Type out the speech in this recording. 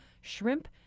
shrimp